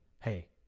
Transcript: hey